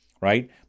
right